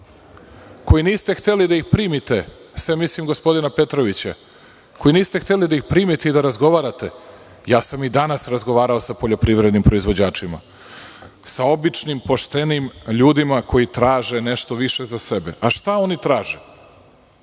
koji niste hteli da ih primite, osim, mislim gospodina Petrovića, i da razgovarate, ja sam i danas razgovarao sa poljoprivrednim proizvođačima, sa običnim, poštenim ljudima koji traže nešto više za sebe. Šta oni traže?